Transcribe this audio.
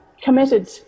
committed